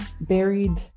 Buried